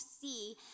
see